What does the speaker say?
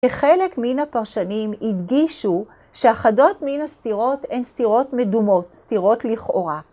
וחלק מן הפרשנים הדגישו שאחדות מן הסירות הן סירות מדומות, סירות לכאורה.